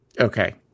Okay